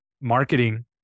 marketing